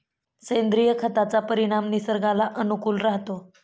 सेंद्रिय खताचा परिणाम निसर्गाला अनुकूल राहतो